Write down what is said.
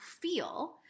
feel